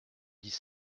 dix